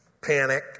Panic